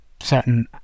certain